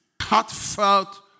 Heartfelt